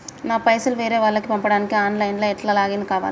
నా పైసల్ వేరే వాళ్లకి పంపడానికి ఆన్ లైన్ లా ఎట్ల లాగిన్ కావాలి?